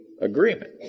agreement